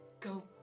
go